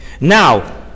Now